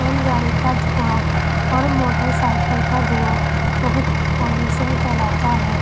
rail گاڑی کا دھواں اور موٹر سائیکل کا دھواں بہت پالوشن پھیلاتا ہے